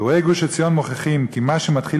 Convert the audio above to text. אירועי גוש-עציון מוכיחים כי מה שמתחיל